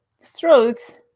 strokes